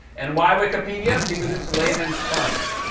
and why wikipedia? because it's layman's terms.